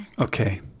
Okay